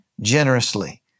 generously